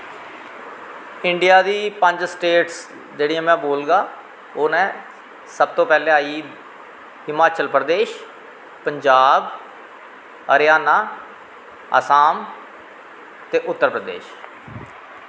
India दी पंज states जेह्ड़ियां में बोलगा ओह् नै सब तो पैह्लैं आई हिमाचल प्रदेश पंजाब हरियाना आसाम ते उत्तर प्रदेश